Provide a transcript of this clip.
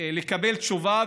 לקבל תשובה,